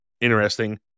interesting